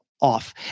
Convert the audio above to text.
off